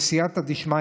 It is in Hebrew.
בסייעתא דשמיא,